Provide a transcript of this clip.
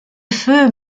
feu